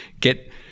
get